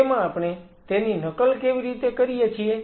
તેમાં આપણે તેની નકલ કેવી રીતે કરીએ છીએ